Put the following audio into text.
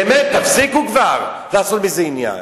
באמת, תפסיקו כבר לעשות מזה עניין.